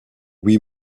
huit